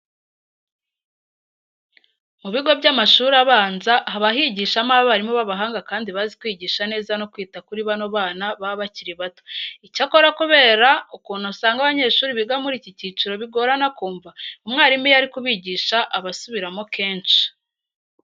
Mu bigo by'amashuri abanza haba higishamo abarimu b'abahanga kandi bazi kwigisha neza no kwita kuri bano bana baba bakiri bato. Icyakora kubera ukuntu usanga abanyeshuri biga muri iki cyiciro bigorana kumva, umwarimu iyo ari kubigisha aba asubiramo kenshi.